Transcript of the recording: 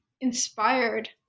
inspired